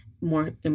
more